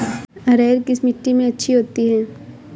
अरहर किस मिट्टी में अच्छी होती है?